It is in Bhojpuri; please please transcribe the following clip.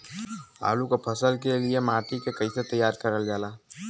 आलू क फसल के लिए माटी के कैसे तैयार करल जाला?